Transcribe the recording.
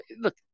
look